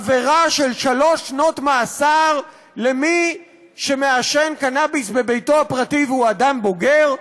עבירה של שלוש שנות מאסר למי שמעשן קנאביס בביתו הפרטי והוא אדם בוגר?